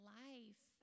life